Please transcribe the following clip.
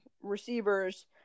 receivers